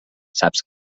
saps